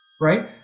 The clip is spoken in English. Right